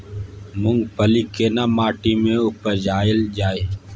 मूंगफली केना माटी में उपजायल जाय?